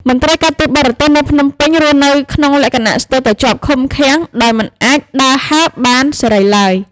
មន្ត្រីការទូតបរទេសនៅភ្នំពេញរស់នៅក្នុងលក្ខណៈស្ទើរតែជាប់ឃុំឃាំង ដោយមិនអាចដើរហើរបានសេរីឡើយ។